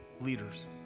leaders